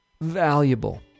valuable